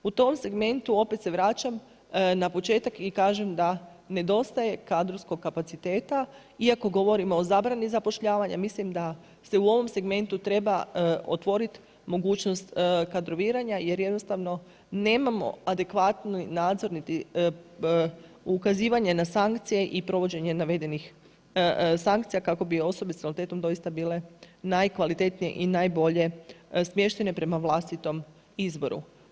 U tom segmentu opet se vraćam na početak i kažem da nedostaje kadrovskog kapaciteta iako govorimo o zabrani zapošljavanja, mislim da se u ovom segmentu treba otvoriti mogućnost kadroviranja jer jednostavno nemamo adekvatni nadzor niti ukazivanje na sankcije i provođenje navedenih sankcija kako bi osobe sa invaliditetom doista bile najkvalitetnije i najbolje smještene prema vlastitom izboru.